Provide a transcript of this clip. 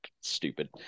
stupid